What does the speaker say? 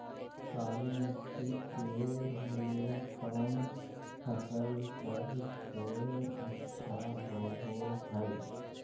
काली मिट्टी के लिए कौन फसल सब से अच्छा होबो हाय?